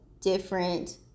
different